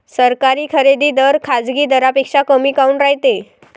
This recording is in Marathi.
सरकारी खरेदी दर खाजगी दरापेक्षा कमी काऊन रायते?